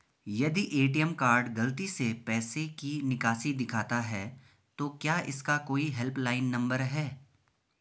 यदि ATM card गलती से पैसे की निकासी दिखाता है तो क्या इसका कोई हेल्प लाइन नम्बर है?